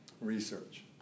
Research